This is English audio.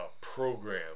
program